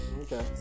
Okay